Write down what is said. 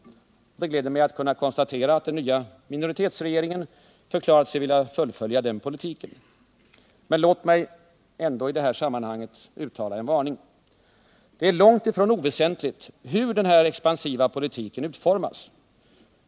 Det gläder mig att kunna konstatera att den nya minoritetsregeringen förklarat sig vilja fullfölja den politiken. Men låt mig ändå i det här sammanhanget uttala en varning. Det är långt ifrån oväsentligt hur denna expansiva politik utformas.